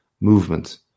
movement